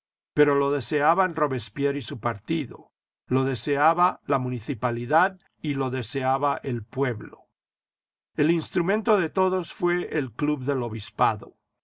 pero lo deseaban robespierre y su partido lo deseaba la municipalidad y lo deseaba el pueblo el instrumento de todos fué el club del obispado